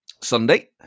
Sunday